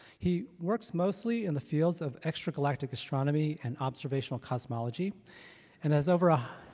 he works mostly in the fields of extragalactic astronomy and observational cosmology and has over a oh,